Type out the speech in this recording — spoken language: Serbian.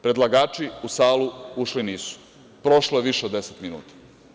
Predlagači u salu ušli nisu, prošlo je više od 10 minuta.